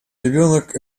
ребенок